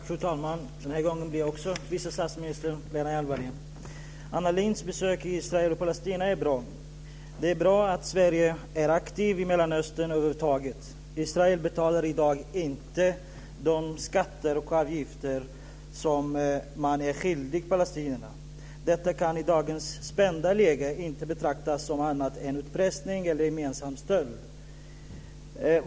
Fru talman! Den här gången blir det också en fråga till vice statsminister Lena Hjelm-Wallén. Anna Lindhs besök i Israel och Palestina är bra. Det är över huvud taget bra att Sverige är aktivt i Mellanöstern. Israel betalar i dag inte ut de skatter och avgifter som man skyldig palestinierna. Det kan i dagens spända läge inte betraktas som annat än utpressning eller gemensam stöld.